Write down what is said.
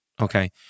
Okay